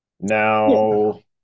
Now